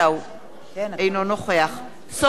אינו נוכח סופה לנדבר,